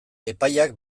epaiak